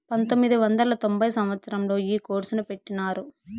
పంతొమ్మిది వందల తొంభై సంవచ్చరంలో ఈ కోర్సును పెట్టినారు